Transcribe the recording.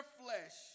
flesh